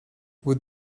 with